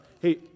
hey